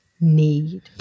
need